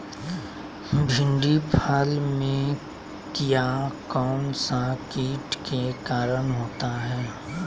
भिंडी फल में किया कौन सा किट के कारण होता है?